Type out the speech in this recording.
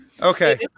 Okay